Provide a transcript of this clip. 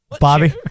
Bobby